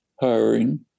hiring